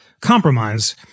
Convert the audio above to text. compromise